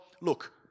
look